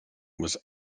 was